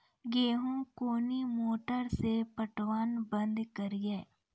गेहूँ कोनी मोटर से पटवन बंद करिए?